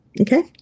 Okay